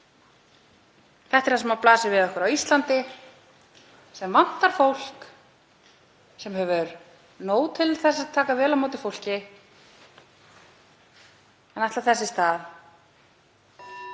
Þetta er það sem blasir við okkur á Íslandi sem vantar fólk, sem hefur nóg til að taka vel á móti fólki en ætlar þess í stað